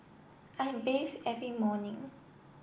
I'm bathe every morning